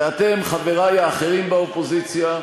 ואתם, חברי האחרים באופוזיציה,